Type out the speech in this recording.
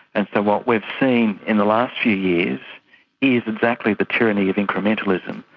and so what we have seen in the last few years is exactly the tyranny of incrementalism,